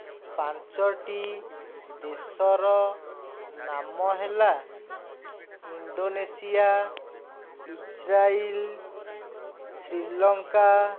ପାଞ୍ଚୋଟି ଦେଶର ନାମ ହେଲା ଇଣ୍ଡୋନେସିଆ ଇସ୍ରାଇଲ୍ ଶ୍ରୀଲଙ୍କା